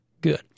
good